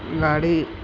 ଗାଡ଼ି